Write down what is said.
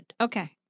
Okay